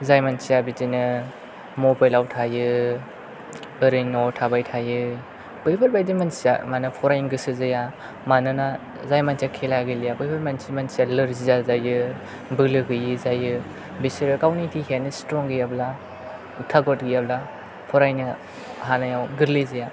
जाय मानसिया बिदिनो मबाइलआव थायो ओरैनो न'आव थाबाय थायो बैफोर बायदि मानसिया मा होनो फरायनो गोसो जाया मानोना जाय मानसिया खेला गेलेया बेफोरबायदि मानसिया नोरजिया जायो बोलो गैयि जायो बिसोरो गावनि देहायानो स्ट्रं गैयाब्ला थागत गैयाब्ला फरायनो हानायाव गोरलै जाया